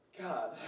God